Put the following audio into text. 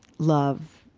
love,